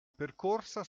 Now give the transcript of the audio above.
percorsa